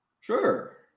Sure